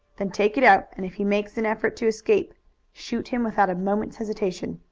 then take it out, and if he makes an effort to escape shoot him without a moment's hesitation.